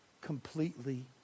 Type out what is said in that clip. completely